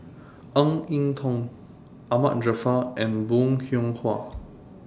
Ng Eng Teng Ahmad Jaafar and Bong Hiong Hwa